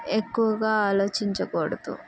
ఎక్కువగా ఆలోచించకూడదు